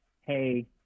hey